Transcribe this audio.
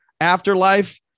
Afterlife